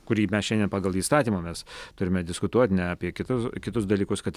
kurį mes šiandien pagal įstatymą mes turime diskutuoti ne apie kitus kitus dalykus kad